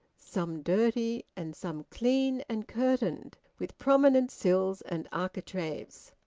some dirty and some clean and curtained, with prominent sills and architraves.